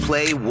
Play